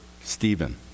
Stephen